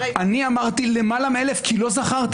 אני אמרתי למעלה מ-1,000, כי לא זכרתי.